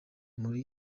muri